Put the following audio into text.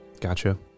Gotcha